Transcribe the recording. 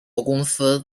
公司